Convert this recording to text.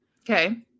okay